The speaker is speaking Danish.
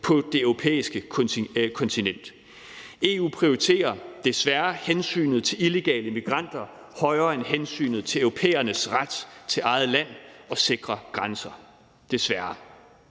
på det europæiske kontinent. EU prioriterer desværre hensynet til illegale migranter højere end hensynet til europæernes ret til eget land og sikre grænser – desværre.